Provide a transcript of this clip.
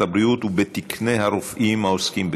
הבריאות ובתקני הרופאים העוסקים בכך,